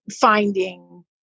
finding